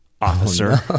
officer